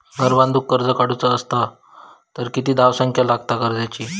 घर बांधूक कर्ज काढूचा असला तर किती धावसंख्या लागता कर्जाची?